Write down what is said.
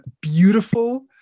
beautiful